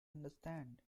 understand